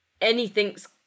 anything's